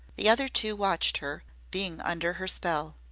the other two watched her, being under her spell.